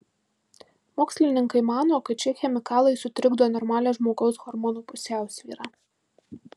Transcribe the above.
mokslininkai mano kad šie chemikalai sutrikdo normalią žmogaus hormonų pusiausvyrą